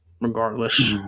regardless